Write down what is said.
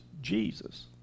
Jesus